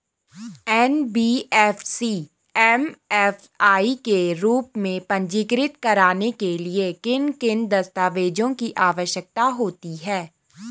NBFC MFI के रूप में पंजीकृत कराने के लिए किन किन दस्तावेज़ों की आवश्यकता होती है?